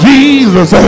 Jesus